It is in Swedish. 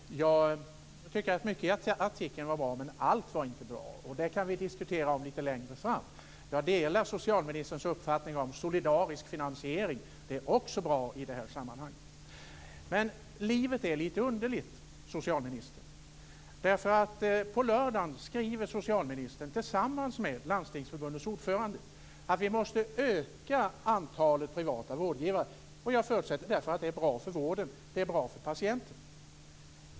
Fru talman! Jag tycker att mycket i artikeln var bra, men allt var inte bra. Det kan vi diskutera om lite längre fram. Jag delar socialministerns uppfattning om solidarisk finansiering. Det är också bra i detta sammanhang. Livet är lite underligt, socialministern. På lördagen skrev socialministern tillsammans med Landstingsförbundets ordförande att vi måste öka antalet privata vårdgivare. Jag förutsätter därför att det är bra för vården. Det är bra för patienterna.